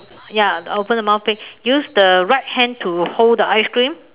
ya open the mouth big use the right hand to hold the ice cream